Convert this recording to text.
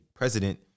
president